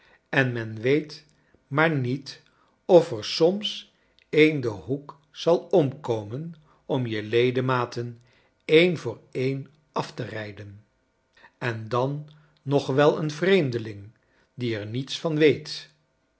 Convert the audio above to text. en men weet maar niet of er soms een den hoek zal omkomen om je ledematen een voor een af te rijden en dan nog wel een vreemdeling die er niets van weet